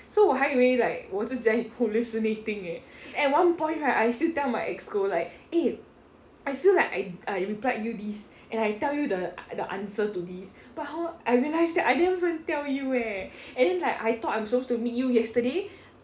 so 我还以为 like 我自己在 hallucinating eh at one point right I still tell my EXCO like eh I feel like I I replied you this and I tell you the the answer to this but hor I realise that I didn't even tell you eh and then like I thought I'm supposed to meet you yesterday